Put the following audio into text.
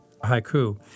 haiku